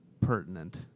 pertinent